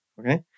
Okay